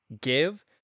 give